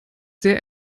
sehr